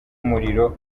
umuriro